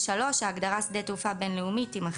ההגדרה "שדה תעופה בין-לאומי" תימחק.